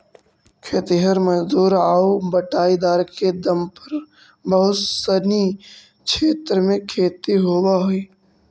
खेतिहर मजदूर आउ बटाईदार के दम पर बहुत सनी क्षेत्र में खेती होवऽ हइ